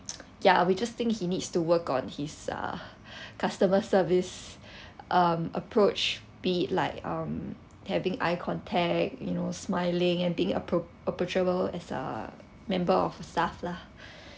ya we just think he needs to work on his uh customer service um approach be like um having eye contact you know smiling and being app~ approachable as a member of a staff lah